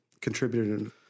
contributed